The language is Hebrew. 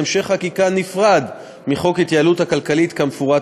להמשך חקיקה נפרד מהצעת חוק ההתייעלות הכלכלית כמפורט